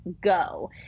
go